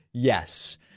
Yes